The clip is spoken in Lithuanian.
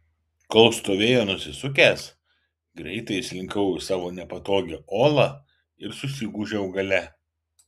kol stovėjo nusisukęs greitai įslinkau į savo nepatogią olą ir susigūžiau gale